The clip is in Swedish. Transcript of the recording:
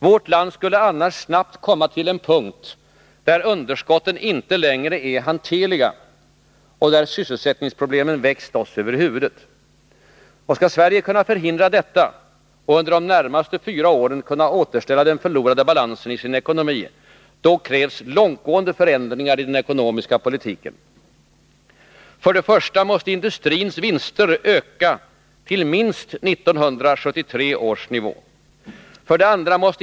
Vårt land skulle annars snabbt komma till en punkt, där underskotten inte längre är hanterliga och där sysselsättningsproblemen växt oss över huvudet. Skall Sverige kunna förhindra detta och under de närmaste fyra åren kunna återställa den förlorade balansen i sin ekonomi, krävs långtgående förändringar i den ekonomiska politiken: 1. Industrins vinster måste öka till minst 1973 års nivå. '2.